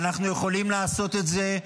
אנחנו יכולים לעשות את זה.